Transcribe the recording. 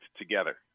together